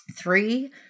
three